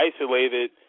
isolated